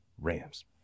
Rams